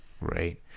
right